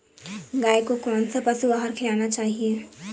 गाय को कौन सा पशु आहार खिलाना चाहिए?